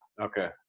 Okay